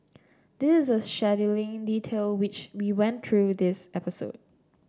this a scheduling detail which we went through this episode